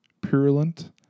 purulent